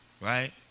right